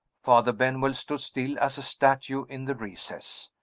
father benwell stood still as a statue in the recess,